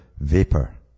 vapor